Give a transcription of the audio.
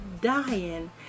dying